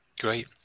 Great